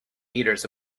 meters